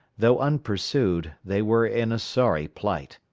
though unpursued, they were in a sorry plight.